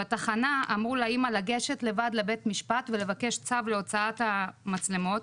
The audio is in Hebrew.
בתחנה אמרו לאמא לגשת לבד לבית משפט ולבקש צו להוצאת המצלמות.